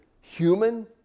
human